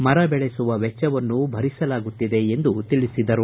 ಮರ ಬೆಳೆಸುವ ವೆಚ್ಚವನ್ನು ಭರಿಸಲಾಗುತ್ತಿದೆ ಎಂದು ತಿಳಿಸಿದರು